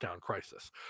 crisis